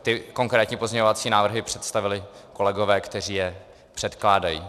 Ty konkrétní pozměňovací návrhy představili kolegové, kteří je předkládají.